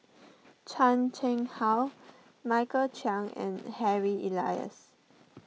Chan Chang How Michael Chiang and Harry Elias